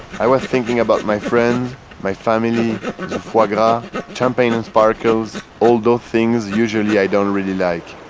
i was thinking about my friends my family, the foie gras champagne and sparkles all those things usually i don't really like.